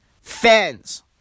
fans